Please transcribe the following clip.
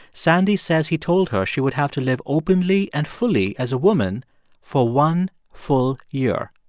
sandy says he told her she would have to live openly and fully as a woman for one full year.